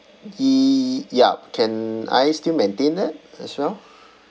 y~ yup can I still maintain that as well